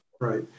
right